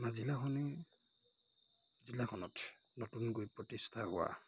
আমাৰ জিলাখনে জিলাখনত নতুনকৈ প্ৰতিষ্ঠা হোৱা